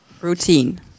Routine